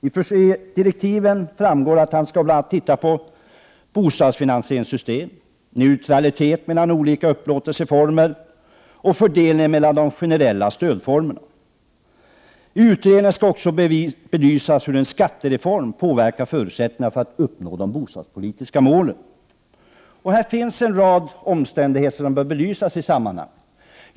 Av direktiven framgår att han bl.a. skall studera bostadsfinansieringssystem, neutralitet mellan olika upplåtelseformer och fördelningen mellan de generella stödformerna. I utredningen skall också belysas hur en skattereform påverkar förutsättningarna för att uppnå de bostadspolitiska målen. Här finns en rad omständigheter som bör belysas i sammanhanget.